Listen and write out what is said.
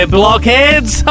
blockheads